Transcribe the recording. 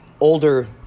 older